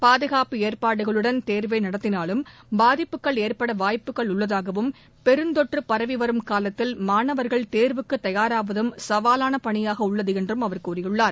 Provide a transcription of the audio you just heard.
பாதுகாப்பு ஏற்பாடுகளுடன் தேர்வை நடத்தினாலும் பாதிப்புகள் ஏற்பட வாய்ப்புகள் உள்ளதாகவும் பெருந்தொற்று பரவி வரும் காலத்தில் மாணவர்கள் தேர்வுக்கு தயாராவதும் சவாலான பணியாக உள்ளது என்றும் அவர் கூறியுள்ளார்